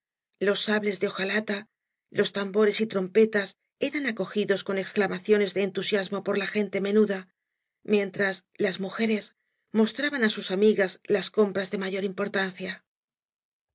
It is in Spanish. los sablea de hojalata los tambores y trompetas eran acogidos con exclamaciones de entusiasmo por la gen te menuda mientras las mujeres mostraban á sua amigas las compras de mayor importancia